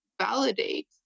validate